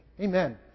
Amen